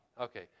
okay